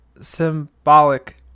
symbolic